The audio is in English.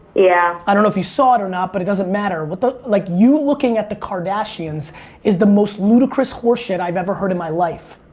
yeah. i don't know if you saw it or not but it doesn't matter. ah like you looking at the kardashians is the most ludicrous horseshit i've ever heard in my life.